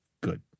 good